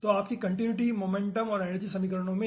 तो आपकी continuity momentum और एनर्जी समीकरणों में